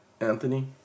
Anthony